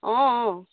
অঁ অঁ